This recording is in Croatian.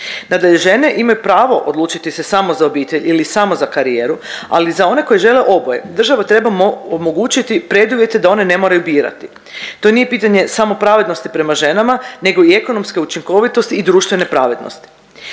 Nadalje, žene imaju pravo odlučiti se samo za obitelj ili samo za karijeru, ali za one koje žele oboje država treba omogućiti preduvjete da one ne moraju birati. To nije pitanje samo pravednosti prema ženama nego i ekonomske učinkovitosti i društvene pravednosti.